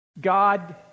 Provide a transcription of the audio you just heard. God